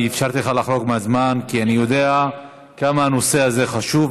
אני אפשרתי לך לחרוג מהזמן כי אני יודע כמה הנושא הזה חשוב.